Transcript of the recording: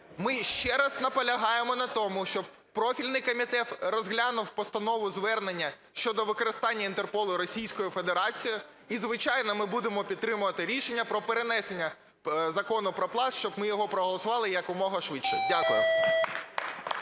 Ми ще раз наполягаємо на тому, щоб профільний комітет розглянув постанову звернення щодо використання Інтерполу Російською федерацією. І, звичайно, ми будемо підтримувати рішення про перенесення Закону про Пласт, щоб ми його проголосували якомога швидше. Дякую.